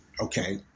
Okay